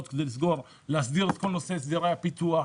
כדי להסדיר את כל נושא הסדרי הפיתוח.